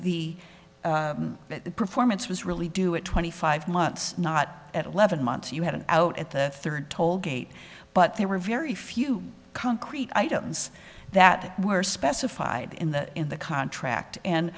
and the performance was really do at twenty five months not at eleven months you had an out at the third toll gate but there were very few concrete items that were specified in the in the contract and